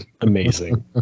amazing